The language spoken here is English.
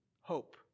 hope